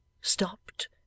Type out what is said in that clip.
stopped